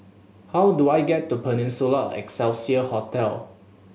how do I get to Peninsula Excelsior Hotel